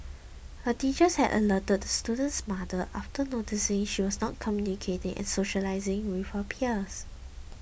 her teachers had alerted the student's mother after noticing that she was not communicating and socialising with her peers